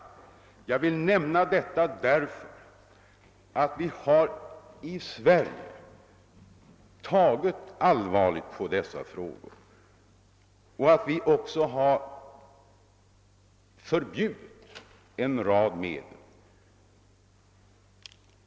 Jag vill nämna detta därför att vi i Sverige har tagit allvarligt på dessa frågor. Vi har också förbjudit en rad medel.